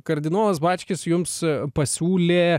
kardinolas bačkis jums pasiūlė